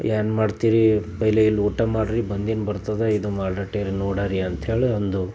ಏನು ಮಾಡ್ತೀರಿ ಪೆಹೆಲೆ ಇಲ್ಲಿ ಊಟ ಮಾಡ್ರಿ ಬಂದಿದ್ದು ಬರ್ತದೆ ಇದು ಮಾಡಟ್ಟೇರಿ ನೋಡಾರಿ ಅಂಥೇಳಿ ಅಂದು